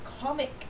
comic